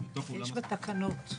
יש בתקנות.